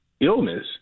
illness